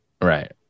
right